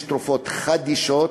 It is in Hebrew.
יש תרופות חדישות,